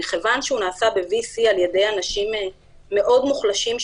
מכיוון שהוא נעשה ב-VC על ידי אנשים מאוד מוחלשים,